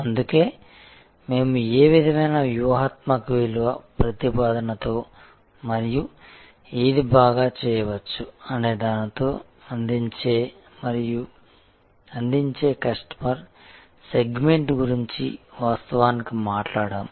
అందుకే మేము ఏ విధమైన వ్యూహాత్మక విలువ ప్రతిపాదనతో మరియు ఏది బాగా చేయవచ్చు అనే దానితో అందించే మరియు అందించే కస్టమర్ సెగ్మెంట్ గురించి వాస్తవానికి మాట్లాడాము